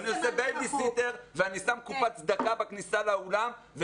אני עושה בייביסיטר ואני שם קופת צדקה בכניסה לאולם,